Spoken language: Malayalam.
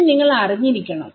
പക്ഷെ നിങ്ങൾ അറിഞ്ഞിരിക്കണം